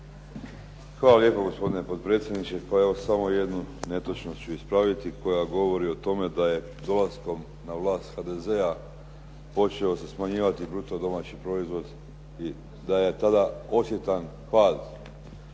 Hvala lijepo gospodine potpredsjedniče. Pa evo, samo jednu netočnost ću ispraviti koja govori o tome da je dolaskom na vlast HDZ-a počeo se smanjivati bruto domaći proizvod i da je tada osjetan pad